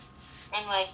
N_Y_P